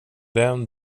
vän